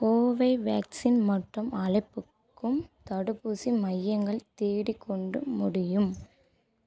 கோவேவேக்ஸின் மட்டுமே அளிப்புக்கும் தடுப்பூசி மையங்கள் தேடிக்கொண்டு முடியும்